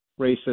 racist